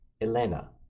Elena